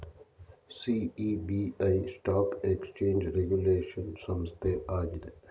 SEBI stock exchange regulation ಸಂಸ್ಥೆ ಆಗಿದೆ